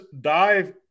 dive